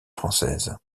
française